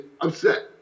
upset